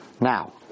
Now